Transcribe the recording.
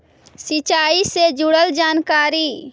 सिंचाई से जुड़ल जानकारी?